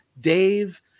Dave